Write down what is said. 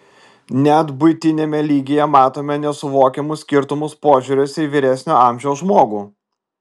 net buitiniame lygyje matome nesuvokiamus skirtumus požiūriuose į vyresnio amžiaus žmogų